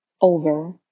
over